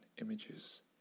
images